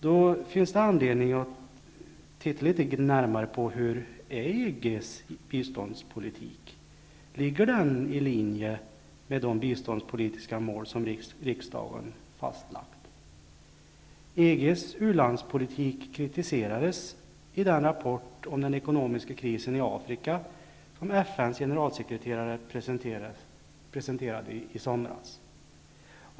Då måste vi fråga oss: Hurdan är EG:s biståndspolitik? Ligger den i linje med de biståndspolitiska mål som riksdagen fastlagt? EG:s u-landspolitik kritiserades i den rapport om den ekonomiska krisen i Afrika, som FN:s generalsekreterare presenterade i somras.